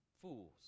fools